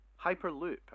Hyperloop